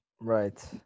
Right